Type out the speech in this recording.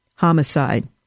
Homicide